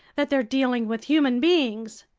that they're dealing with human beings.